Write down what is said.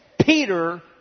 Peter